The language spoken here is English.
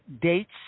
dates